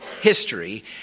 history